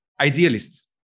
idealists